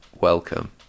welcome